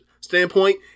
standpoint